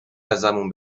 ازمون